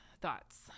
thoughts